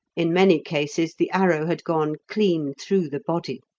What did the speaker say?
in many cases the arrow had gone clean through the body.